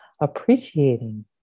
appreciating